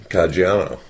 Caggiano